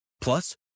Plus